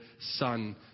son